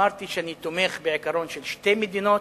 אמרתי שאני תומך בעיקרון של שתי מדינות,